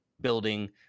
building